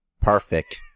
perfect